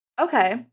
okay